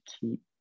keep